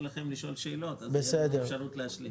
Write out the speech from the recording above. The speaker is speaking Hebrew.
לכם לשאול שאלות ותהיה לנו אפשרות להשלים.